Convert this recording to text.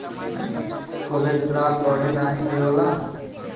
cholesterol बढ़े नाही देवला